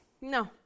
No